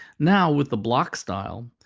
now, with the block style,